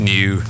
New